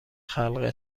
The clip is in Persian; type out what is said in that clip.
خلق